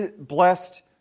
Blessed